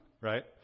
right